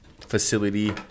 facility